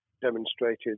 demonstrated